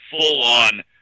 full-on